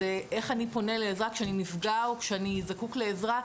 איך אני פונה לעזרה כשאני נפגע או כשאני זקוק לעזרה,